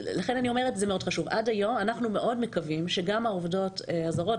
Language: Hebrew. אנחנו מאוד מקווים שגם לעובדות הזרות,